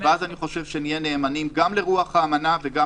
ואז נהיה נאמנים גם לרוח האמנה וגם